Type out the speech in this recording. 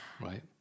right